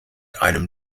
einem